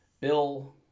Bill